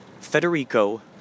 Federico